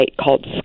called